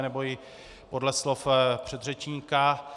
Nebo i podle slov předřečníka.